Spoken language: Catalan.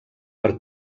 per